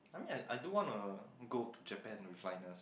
I mean I I do wanna go to Japan with Linus